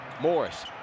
Morris